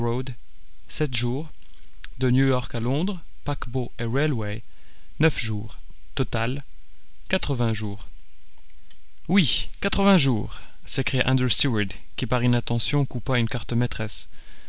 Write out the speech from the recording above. de new york à londres paquebot et railway neuf jours total quatre-vingts jours oui quatre-vingts jours s'écria andrew stuart qui par inattention coupa une carte